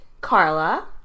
Carla